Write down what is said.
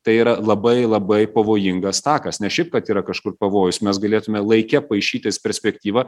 tai yra labai labai pavojingas takas ne šiaip kad yra kažkur pavojus mes galėtume laike paišytis perspektyvą